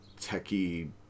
techy